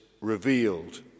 revealed